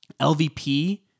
LVP